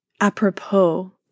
apropos